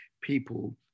people